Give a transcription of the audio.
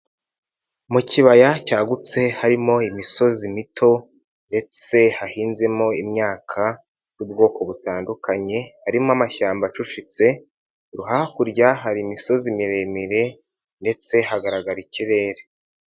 Mu kibaya cyagutse harimo imisozi mito ndetse hahinzemo imyaka y'ubwoko butandukanye, harimo amashyamba acucitse, hakurya hari imisozi miremire ndetse hagaragara ikirere.